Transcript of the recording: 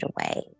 away